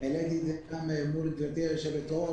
והעליתי את זה מול גברתי היושבת-ראש,